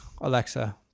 Alexa